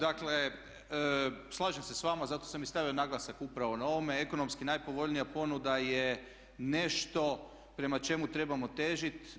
Dakle, slažem se sa vama, zato sam i stavio naglasak upravo na ovome, ekonomski najpovoljnija ponuda je nešto prema čemu trebamo težiti.